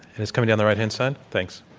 and it's coming down the right hand side. thanks.